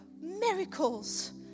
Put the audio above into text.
miracles